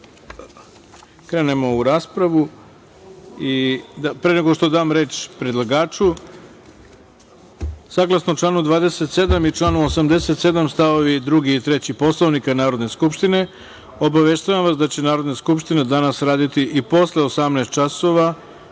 krenemo u raspravu,